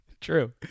True